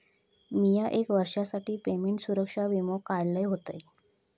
मिया एक वर्षासाठी पेमेंट सुरक्षा वीमो काढलय होतय